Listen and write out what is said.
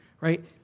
right